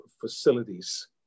facilities